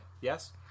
Yes